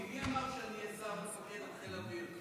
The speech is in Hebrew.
מי אמר שאני אהיה שר מפקד על חיל אוויר?